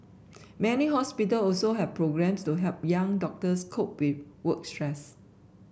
many hospital also have programmes to help young doctors cope with work stress